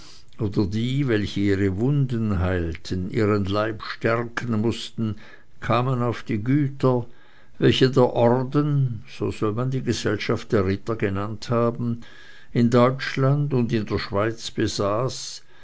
oder die welche ihre wunden heilen ihren leib stärken mußten kamen auf die güter welche der orden so soll man die gesellschaft der ritter genannt haben in deutschland und in der schweiz besaß